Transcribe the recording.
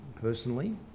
personally